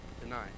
tonight